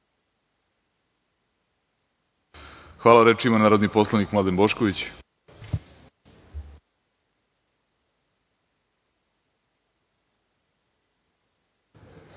Hvala. Reč ima narodni poslanik Mladen Bošković.